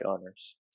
owners